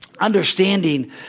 understanding